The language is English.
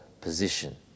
position